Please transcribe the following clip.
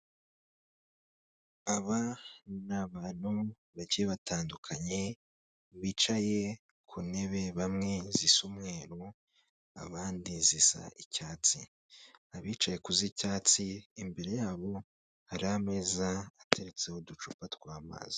Aba ni abantu bake batandukanye bicaye ku ntebe, bamwe zisa umweru abandi zisa icyatsi, abicaye ku z'icyatsi imbere yabo hari ameza ateretseho uducupa tw'amazi.